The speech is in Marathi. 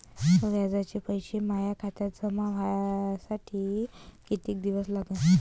व्याजाचे पैसे माया खात्यात जमा व्हासाठी कितीक दिवस लागन?